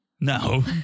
No